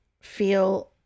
feel